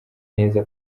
neza